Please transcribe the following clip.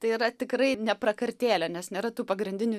tai yra tikrai ne prakartėlė nes nėra tų pagrindinių